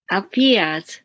appears